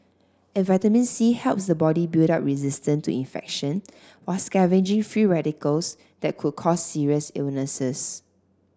and vitamin C helps the body build up resistance to infection while scavenging free radicals that could cause serious illnesses